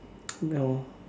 no